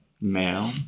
male